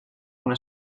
una